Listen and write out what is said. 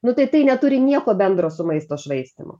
nu tai tai neturi nieko bendro su maisto švaistymu